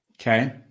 Okay